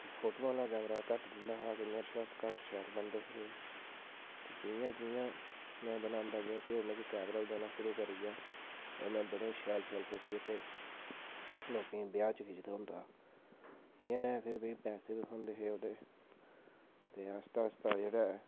photo आह्ला camera घट्ट दिंदा हा ते जि'यां जि'यां में बनांदा गेआ ते ओह् मिगी कैमरा बी देना शूरू करी गेआ ओह्लै में बड़े शैल शैल फोटो लोकें दे ब्याह् च खिच्चदा होंदा हा फ्ही मिगी पैसे बी थ्देहोंदे हे ओह्दे ते आस्तै आस्तै